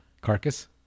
Carcass